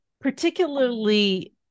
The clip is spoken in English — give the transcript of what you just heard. particularly